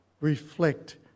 reflect